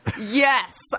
Yes